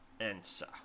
answer